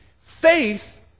Faith